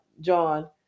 John